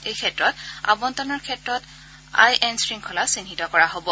এই ক্ষেত্ৰত আৱন্তনৰ ক্ষেত্ৰত আই এন শৃংখলা চিহ্নিত কৰা হ'ব